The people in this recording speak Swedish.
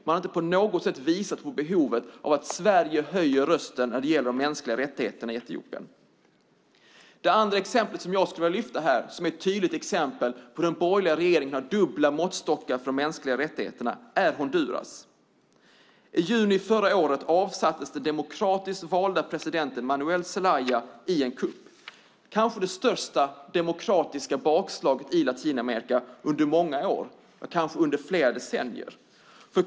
Man har inte på något sätt visat på behovet av att Sverige höjer rösten när det gäller de mänskliga rättigheterna i Etiopien. Det andra exemplet som jag skulle vilja lyfta fram som ett tydligt exempel på att den borgerliga regeringen har dubbla måttstockar för de mänskliga rättigheterna är Honduras. I juni förra året avsattes den demokratiskt valda presidenten Manuel Zelaya i en kupp. Det var kanske det största demokratiska bakslaget i Latinamerika på många år, ja, kanske på flera decennier.